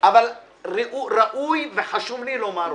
אבל ראוי וחשוב לי לומר אותה.